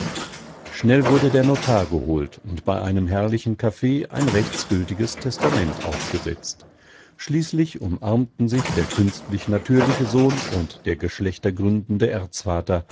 schnell wurde der notar geholt und bei einem herrlichen kaffee ein rechtsgültiges testament aufgesetzt schließlich umarmten sich der künstlich natürliche sohn und der geschlechtergründende